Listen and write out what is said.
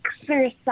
exercise